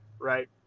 Right